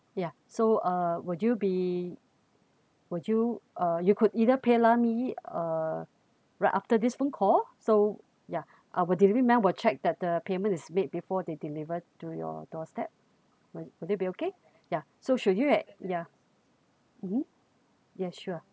ya so uh would you be would you uh you could either paylah me uh right after this phone call so ya our delivery man will check that the payment is made before they deliver to your doorstep would would it be okay ya so should you at yeah mmhmm yeah sure